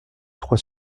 trois